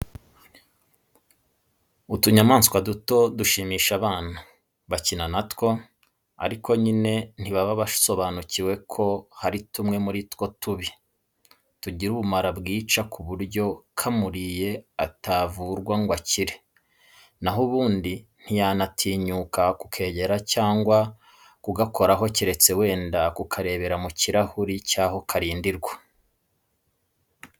Utunyamaswa duto dushimisha abana, bakina na two, ariko nyine ntibaba basobanukiwe ko hari tumwe muri two tubi, tugira ubumara bwica ku buryo kamuriye atavurwa ngo akire, na ho ubundi ntiyanatinyuka kukegera cyangwa kugakoraho keretse wenda kukarebera mu kirahuri cy'aho karindirwa.